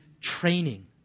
training